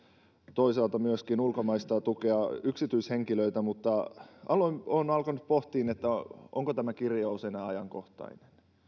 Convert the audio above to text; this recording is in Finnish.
toisaalta myöskin ulkomaista tukea yksityishenkilöiltä mutta olen alkanut pohtimaan onko tämä kirjaus enää ajankohtainen